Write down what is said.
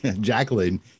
Jacqueline